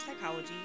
psychology